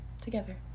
together